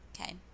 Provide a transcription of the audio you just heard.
Okay